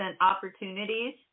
opportunities